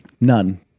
None